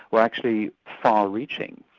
were actually far-reaching,